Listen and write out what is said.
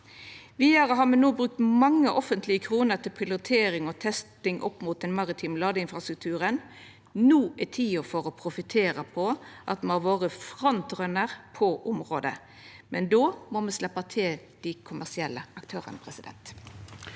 me no brukt mange offentlege kroner til pilotering og testing opp mot den maritime ladeinfrastrukturen. No er tida komen for å profittera på at me har vore «frontrunner» på området, men då må me sleppa til dei kommersielle aktørane. Presidenten